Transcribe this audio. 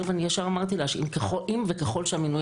ואני ישר אמרתי לה שאם וככל שהמינוי